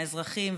האזרחים,